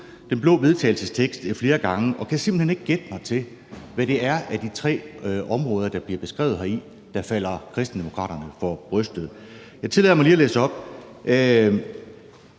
den blå vedtagelsestekst flere gange og kan simpelt ikke gætte mig til, hvilket af de tre områder, der bliver beskrevet heri, der falder Kristendemokraterne for brystet. Jeg tillader mig lige at læse op: